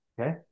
Okay